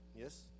Yes